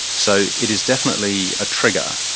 so it is definitely a trigger,